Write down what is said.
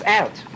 out